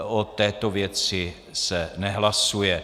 O této věci se nehlasuje.